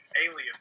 aliens